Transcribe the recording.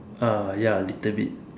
uh ya little bit